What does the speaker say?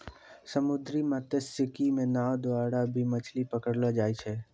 समुन्द्री मत्स्यिकी मे नाँव द्वारा भी मछली पकड़लो जाय छै